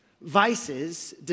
vices